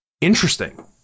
Interesting